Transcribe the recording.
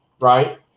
right